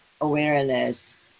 awareness